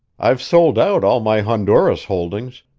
i've sold out all my honduras holdings,